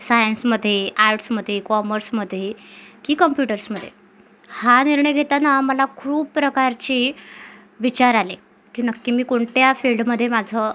सायन्समध्ये आर्ट्समध्ये कॉमर्समध्ये की कम्प्युटर्समध्ये हा निर्णय घेताना मला खूप प्रकारचे विचार आले की नक्की मी कोणत्या फील्डमध्ये माझं